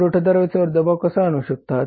पुरवठादार व्यवसायावर दबाव कसा आणू शकतात